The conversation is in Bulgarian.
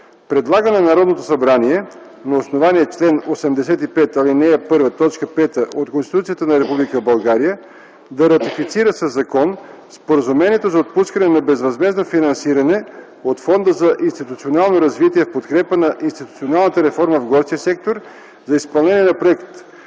Предлага на Народното събрание на основание чл. 85, ал. 1, т. 5 от Конституцията на Република България да ратифицира със закон Споразумението за отпускане на безвъзмездно финансиране от Фонда за институционално развитие в подкрепа на институционалната реформа в горския сектор за изпълнение на проект